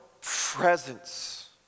presence